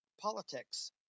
politics